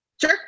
Sure